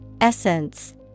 Essence